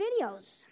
videos